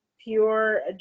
pure